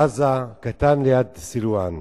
עזה קטן ליד סילואן.